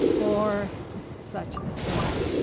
or such as that.